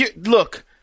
Look